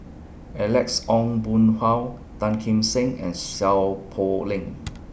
Alex Ong Boon Hau Tan Kim Seng and Seow Poh Leng